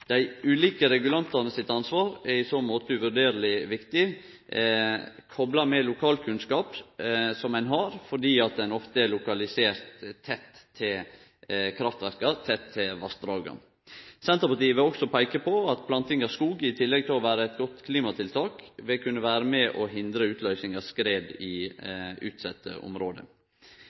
Dei ulike regulantane sitt ansvar er i så måte uvurderleg viktig, kopla med lokalkunnskap som ein har, fordi ein ofte er lokalisert tett til kraftverka og tett til vassdraga. Senterpartiet vil også peike på at planting av skog, i tillegg til å vere eit godt klimatiltak, vil kunne vere med og hindre utløysing av skred i utsette område.